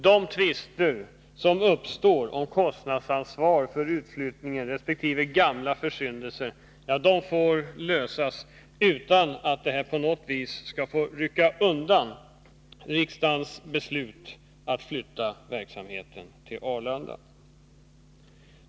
De tvister som uppstår om kostnadsansvaret för utflyttningen resp. gamla försyndelser får lösas utan att de på något vis skall rycka undan riksdagens beslut att flytta verksamheten till Arlanda.